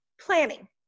planning